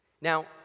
Now